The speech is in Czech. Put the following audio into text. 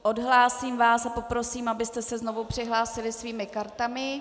Odhlásím vás a poprosím vás, abyste se znovu přihlásili svými kartami.